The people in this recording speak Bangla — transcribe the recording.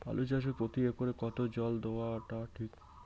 আলু চাষে প্রতি একরে কতো জল দেওয়া টা ঠিক?